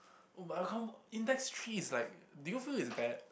but Index Three is like do you feel it's bad